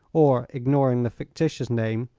or, ignoring the fictitious name,